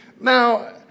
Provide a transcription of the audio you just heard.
Now